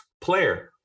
player